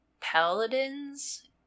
paladins